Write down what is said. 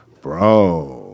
Bro